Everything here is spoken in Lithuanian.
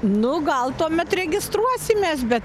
nu gal tuomet registruosimės bet